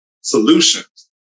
solutions